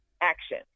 action